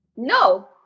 no